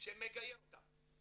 שמגייר אותם,